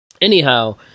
Anyhow